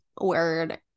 word